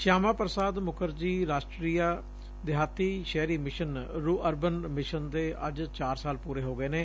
ਸ਼ਿਆਮਾ ਪ੍ਸਾਦ ਮੁਖਰਜੀ ਰਾਸ਼ਟਰੀਆ ਦਿਹਾਤੀ ਸ਼ਹਿਰੀ ਮਿਸ਼ਨ ਰ ਅਰਬਨ ਮਿਸ਼ਨ ਦੇ ਅੱਜ ਚਾਰ ਸਾਲ ਪੂਰੇ ਹੋ ਗਏ ਨੇ